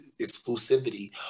exclusivity